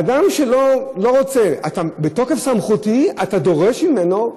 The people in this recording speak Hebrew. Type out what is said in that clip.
אדם שלא רוצה, "בתוקף סמכותי" אתה דורש ממנו?